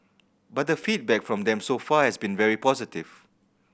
but the feedback from them so far has been very positive